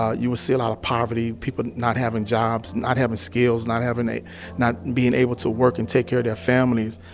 ah you will see a lot of poverty, people not having jobs, not having skills, not having not being able to work and take care of their families.